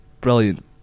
brilliant